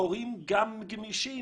הורים גם גמישים.